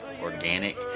Organic